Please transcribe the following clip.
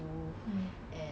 what the